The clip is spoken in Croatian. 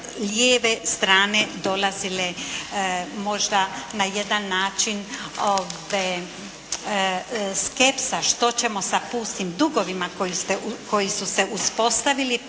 lijeve strane dolazile možda na jedan način skepsa što ćemo sa pustim dugovima koji su se uspostavili